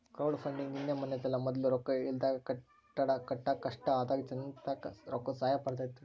crowdfunding ನಿನ್ನೆ ಮನ್ನೆದಲ್ಲ, ಮೊದ್ಲು ರೊಕ್ಕ ಇಲ್ದಾಗ ಕಟ್ಟಡ ಕಟ್ಟಾಕ ಕಷ್ಟ ಆದಾಗ ಜನರ್ತಾಕ ರೊಕ್ಕುದ್ ಸಹಾಯ ಪಡೀತಿದ್ರು